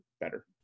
better